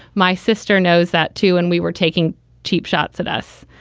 my sister knows that, too. and we were taking cheap shots at us.